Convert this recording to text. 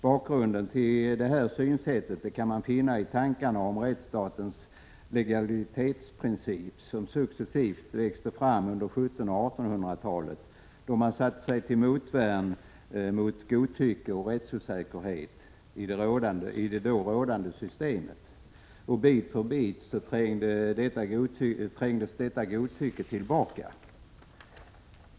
Bakgrunden till detta synsätt kan man finna i tankarna om rättsstatens legalitetsprincip, som successivt växte fram under 1700 och 1800-talet, då man satte sig till motvärn mot godtycke och rättsosäkerhet i det då rådande systemet. Bit för bit trängdes detta godtycke tillbaka.